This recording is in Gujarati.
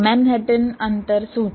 તો મેનહટન અંતર શું છે